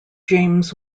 james